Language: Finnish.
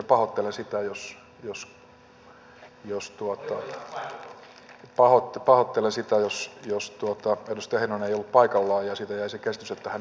pahoittelen sitä jos edustaja heinonen ei ollut paikallaan ja siitä jäi se käsitys että hän ei ole ollenkaan salissa